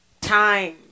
Time